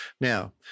Now